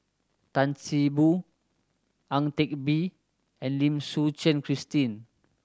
Tan See Boo Ang Teck Bee and Lim Suchen Christine